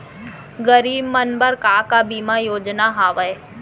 गरीब मन बर का का बीमा योजना हावे?